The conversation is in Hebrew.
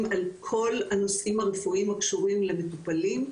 על כל הנושאים הרפואיים הקשורים למטופלים,